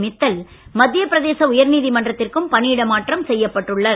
மித்தல் மத்திய பிரதேச உயர்நீதிமன்றத்திற்கும் பணியிட மாற்றம் செய்யப்பட்டுள்ளனர்